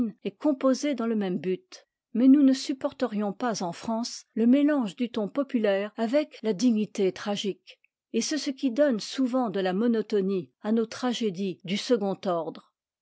est composé dans le même but mais nous ne supporterions pas en france le mélange du ton populaire avec la dignité tragique et c'est ce qui donne souvent de la monotonie à nos tragédies du second ordre